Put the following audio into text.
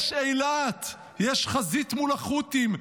יש אילת, יש חזית מול החות'ים.